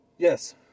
Yes